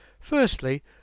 Firstly